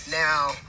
now